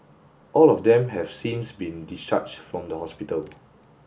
all of them have since been discharged from the hospital